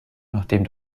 nachdem